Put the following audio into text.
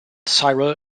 cyril